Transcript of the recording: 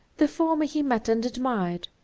the former he met and admired,